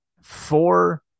Four